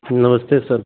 नमस्ते सर